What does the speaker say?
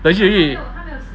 actually